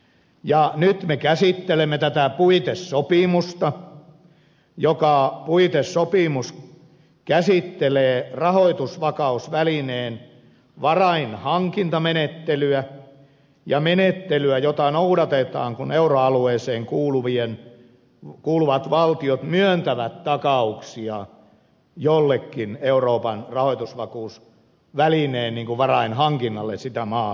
nyt me käsittelemme tätä puitesopimusta joka puitesopimus käsittelee rahoitusvakausvälineen varainhankintamenettelyä ja menettelyä jota noudatetaan kun euroalueeseen kuuluvat valtiot myöntävät takauksia jollekin euroopan rahoitusvakuutusvälineen varainhankinnalle sitä maata varten